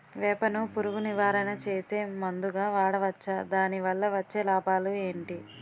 వేప ను పురుగు నివారణ చేసే మందుగా వాడవచ్చా? దాని వల్ల వచ్చే లాభాలు ఏంటి?